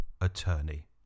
Attorney